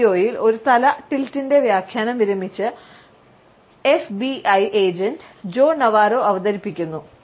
ഈ വീഡിയോയിൽ ഒരു തല ടിൽറ്റ്ന്റെ വ്യാഖ്യാനം വിരമിച്ച എഫ്ബിഐ ഏജന്റ് ജോ നവാരോ അവതരിപ്പിക്കുന്നു